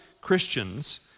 Christians